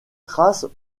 traces